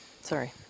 Sorry